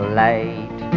light